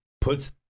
puts